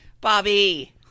Bobby